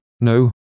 no